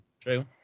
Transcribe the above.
True